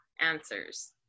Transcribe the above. answers